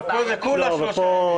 אבל פה זה כולה שלושה ימים.